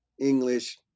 English